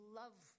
love